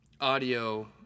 audio